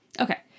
Okay